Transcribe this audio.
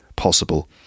possible